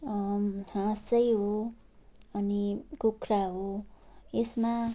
हाँसै हो अनि कुखुरा हो यसमा